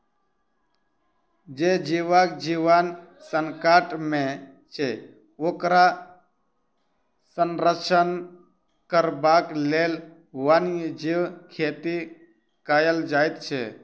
जे जीवक जीवन संकट मे छै, ओकर संरक्षण करबाक लेल वन्य जीव खेती कयल जाइत छै